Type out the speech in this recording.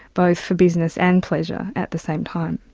both for business and pleasure at the same time.